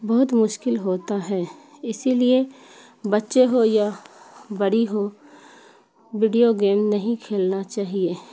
بہت مشکل ہوتا ہے اسی لیے بچے ہو یا بڑی ہو ویڈیو گیم نہیں کھیلنا چاہیے